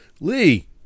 Lee